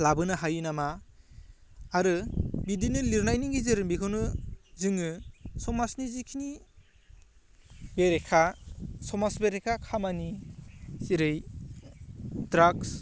लाबोनो हायो नामा आरो बिब्दिनो लिरनायनि गेजेरजों बिखौनो जोङो समाजनि जिखिनि बेरेखा समाज बेरेखा खामानि जेरै ड्रागस